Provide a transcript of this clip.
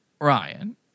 Ryan